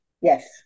Yes